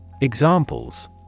Examples